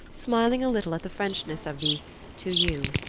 smiling a little at the frenchness of the to you.